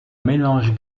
mélange